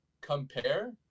compare